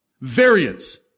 Variance